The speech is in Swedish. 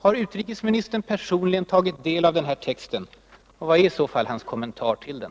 Har utrikesministern personligen tagit del av den här texten — och vad är i så fall hans kommentar till den?